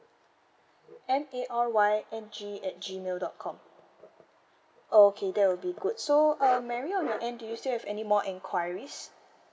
M A R Y N G at G mail dot com okay that will be good so um mary on your end do you still have any more enquiries